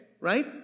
right